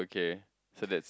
K so that's